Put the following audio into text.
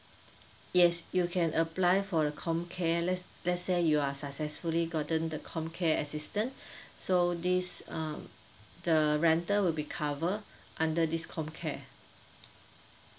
yes you can apply for the comcare let's let's say you are successfully gotten the comcare assistance so this uh the rental will be covered under this comcare